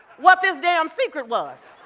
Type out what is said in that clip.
what this damn secret was.